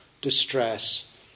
distress